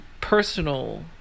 personal